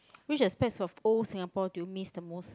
which aspect of old Singapore do you miss the most